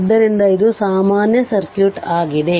ಆದ್ದರಿಂದ ಇದು ಸಮಾನ ಸರ್ಕ್ಯೂಟ್ ಆಗಿದೆ